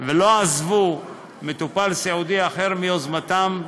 ולא עזבו מטופל סיעודי אחר מיוזמתם,